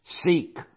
seek